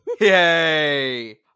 Yay